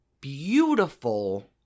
beautiful